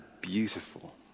beautiful